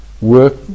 work